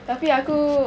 tapi aku